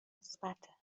مثبته